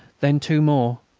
then two more,